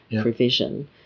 provision